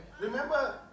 Remember